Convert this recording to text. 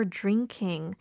drinking